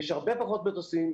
יש הרבה פחות מטוסים,